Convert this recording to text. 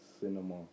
cinema